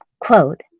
Quote